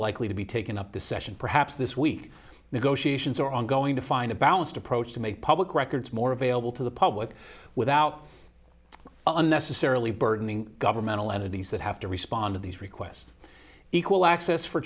likely to be taken up the session perhaps this week negotiations are ongoing to find a balanced approach to make public records more available to the public without unnecessarily burdening governmental entities that have to respond to these requests equal access for